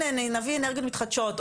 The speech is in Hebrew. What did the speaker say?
הינה נביא אנרגיות מתחדשות,